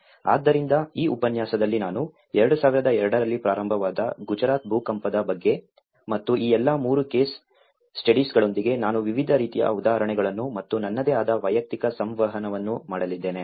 ಆದ್ದರಿಂದ ಈ ಉಪನ್ಯಾಸದಲ್ಲಿ ನಾನು 2002 ರಲ್ಲಿ ಪ್ರಾರಂಭವಾದ ಗುಜರಾತ್ ಭೂಕಂಪದ ಬಗ್ಗೆ ಮತ್ತು ಈ ಎಲ್ಲಾ 3 ಕೇಸ್ ಸ್ಟಡೀಸ್ಗಳೊಂದಿಗೆ ನಾನು ವಿವಿಧ ರೀತಿಯ ಉದಾಹರಣೆಗಳನ್ನು ಮತ್ತು ನನ್ನದೇ ಆದ ವೈಯಕ್ತಿಕ ಸಂವಹನವನ್ನು ಮಾಡಲಿದ್ದೇನೆ